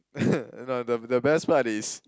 no the the best part is